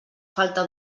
falta